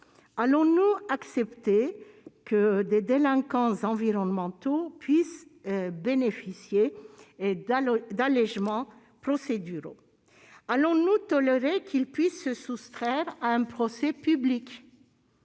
Allons-nous accepter que des délinquants environnementaux puissent bénéficier d'allégements procéduraux ? Allons-nous tolérer qu'ils puissent se soustraire à un procès public ?